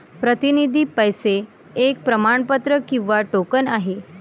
प्रतिनिधी पैसे एक प्रमाणपत्र किंवा टोकन आहे